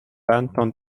benton